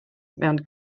mewn